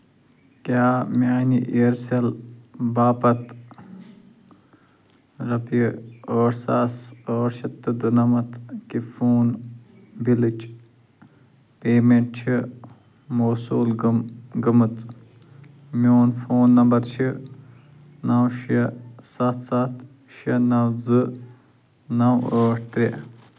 کیٛاہ میٛانہِ ایرسل باپتھ رۄپیہِ ٲٹھ ساس ٲٹھ شَتھ تہٕ دُنَمَتھ کہِ فون بِلٕچ پیمٮ۪نٛٹ چھِ موصوٗل گٔم گٔمٕژ میٛون فون نمبر چھِ نو شیٚے سَتھ سَتھ شیٚے شیٚے نو زٕ نو ٲٹھ ترٛےٚ